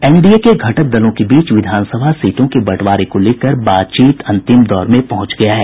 NDA के घटक दलों के बीच विधानसभा सीटों के बंटवारे को लेकर बातचीत अंतिम दौर में पहुंच गया है